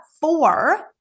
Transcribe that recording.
four